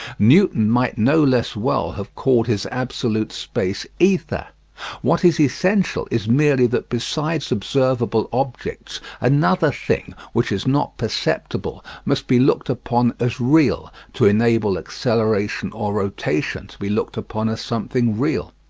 newton might no less well have called his absolute space ether what is essential is merely that besides observable objects, another thing, which is not perceptible, must be looked upon as real, to enable acceleration or rotation to be looked upon as something real.